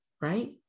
right